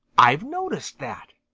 i've noticed that,